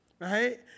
right